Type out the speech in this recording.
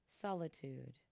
solitude